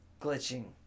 glitching